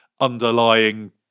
underlying